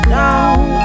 down